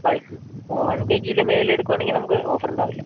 bulk ഓ one K ജിയിൽ മേലെ എടുക്കുവാണെങ്കിൽ നമുക്ക് ഓഫർ ഉണ്ടാവില്ല